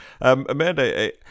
Amanda